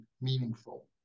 meaningful